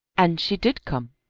and she did come.